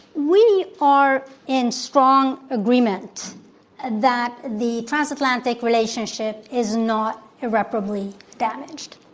we are in strong agreement that the transatlantic relationship is not irreparably damaged.